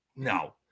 No